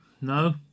No